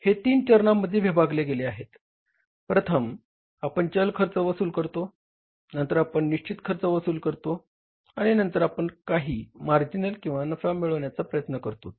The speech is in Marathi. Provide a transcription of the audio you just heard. हे तीन चरणांमध्ये विभागले गेले आहे प्रथम आपण चल खर्च वसूल करतो नंतर आपण निश्चित खर्च वसूल करतो आणि नंतर आपण काही मार्जिन किंवा नफा मिळवण्याचा प्रयत्न करतोत